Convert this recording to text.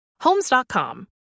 Homes.com